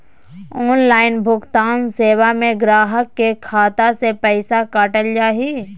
online भुगतान सेवा में गाहक के खाता से पैसा काटल जा हइ